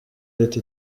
leta